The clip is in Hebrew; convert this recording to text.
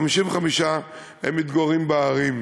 55% מתגוררים בערים.